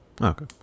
okay